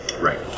Right